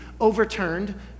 overturned